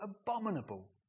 abominable